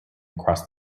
across